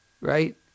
right